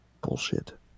bullshit